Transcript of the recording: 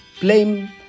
blame